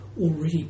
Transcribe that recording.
already